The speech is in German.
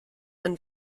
ein